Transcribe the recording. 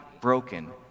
broken